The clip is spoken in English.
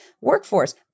workforce